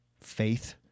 faith